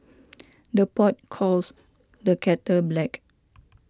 the pot calls the kettle black